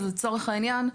לצורך העניין,